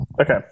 Okay